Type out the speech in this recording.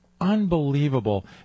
unbelievable